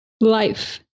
life